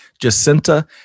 Jacinta